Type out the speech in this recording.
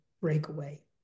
breakaway